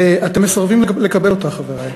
ואתם מסרבים לקבל אותה, חברי,